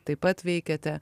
taip pat veikėte